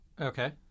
Okay